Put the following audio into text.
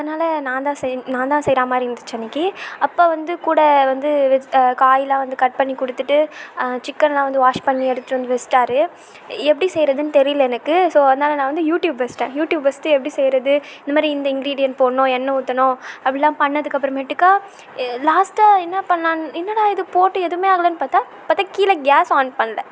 அதனால் நான் தான் செய்ய நான் தான் செய்யிற மாதிரி இருந்துச்சு அன்னைக்கு அப்போ வந்து கூட வந்து காய் எல்லாம் வந்து கட் பண்ணி கொடுத்துட்டு சிக்கன்லாம் வந்து வாஷ் பண்ணி எடுத்துகிட்டு வந்து வச்சிட்டார் எப்படி செய்யிறதுன்னு தெரியலை எனக்கு ஸோ அதனால் நான் வந்து யூடியூப் வச்சிவிட்டேன் யூடியூப் வச்சிவிட்டு எப்படி செய்யறது இந்த மாதிரி இந்த இன்க்ரீடியன் போடணும் என்ன ஊற்றணும் அப்படிலாம் பண்ணதுக்கு அப்புறமேட்டுக்கா லாஸ்ட்டாக என்ன பண்ணலாம் என்னடா இது போட்டு எதுவுமே ஆகலன்னு பார்த்தா பார்த்தா கீழே கேஸ் ஆன் பண்ணலை